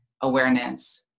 awareness